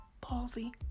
Palsy